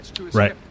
right